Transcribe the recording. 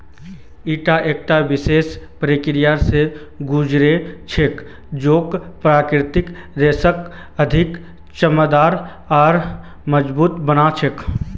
ईटा एकता विशेष प्रक्रिया स गुज र छेक जेको प्राकृतिक रेशाक अधिक चमकदार आर मजबूत बना छेक